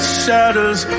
shatters